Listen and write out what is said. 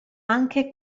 anche